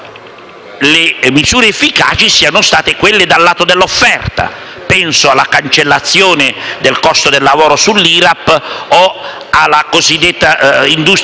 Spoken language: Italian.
le misure efficaci siano state quelle sul lato dell'offerta: penso alla cancellazione del costo del lavoro sull'IRAP o alla cosiddetta Industria 4.0,